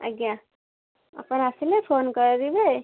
ଆଜ୍ଞା ଆପଣ ଆସିଲେ ଫୋନ୍ କରିବେ